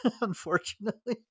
unfortunately